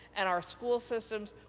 and our school systems,